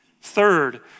Third